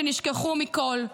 שנשכחו מכול,